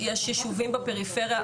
יש יישובים בפריפריה,